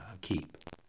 keep